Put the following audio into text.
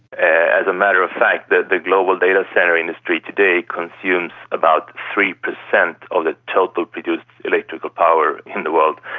as a matter of fact the the global data centre industry today consumes about three percent of the total produced electrical power in the world.